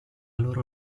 loro